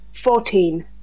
Fourteen